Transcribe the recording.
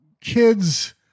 kids